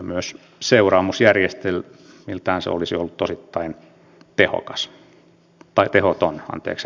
myös seuraamusjärjestelmiltään se olisi ollut osittain tehoton